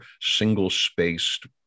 single-spaced